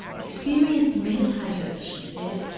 experienced meditators, she says,